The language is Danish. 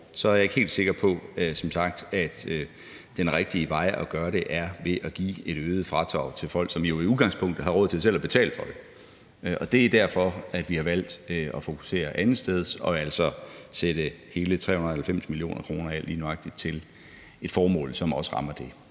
som sagt ikke helt sikker på, at den rigtige måde at gøre det på er ved at give et øget fradrag til folk, som jo i udgangspunktet har råd til selv at betale for det. Det er derfor, vi har valgt at fokusere andetsteds og altså sætte hele 390 mio. kr. af til lige nøjagtig et formål, som også rammer det.